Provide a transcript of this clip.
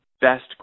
Best